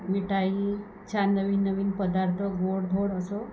मिठाई छान नवीन नवीन पदार्थ गोडधोड असं